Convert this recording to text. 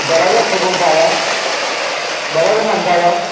बड़ा गै सकून पाया बड़ा गै नंद आया